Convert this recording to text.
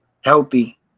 healthy